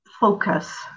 focus